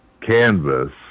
canvas